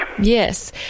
Yes